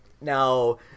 now